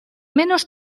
menos